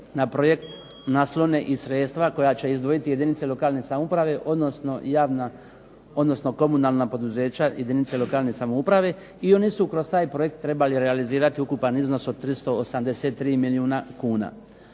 na projekt naslone i sredstva koja će izdvojiti jedinice lokalne samouprave odnosno komunalna poduzeća jedinica lokalne samouprave. I oni su kroz taj projekt trebali realizirati ukupan iznos od 383 milijuna kuna.